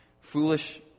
Foolish